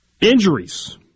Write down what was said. Injuries